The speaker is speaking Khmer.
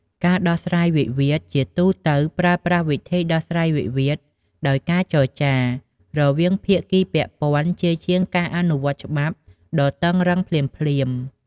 ការដោះស្រាយវិវាទជាទូទៅប្រើប្រាស់ វិធីដោះស្រាយវិវាទដោយការចរចា រវាងភាគីពាក់ព័ន្ធ ជាជាងការអនុវត្តច្បាប់ដ៏តឹងរ៉ឹងភ្លាមៗ។